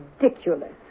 ridiculous